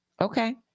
Okay